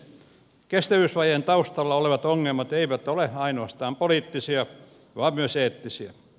kestävyysvajeen taustalla olevat ongelmat eivät ole ainoastaan poliittisia vaan myös eettisiä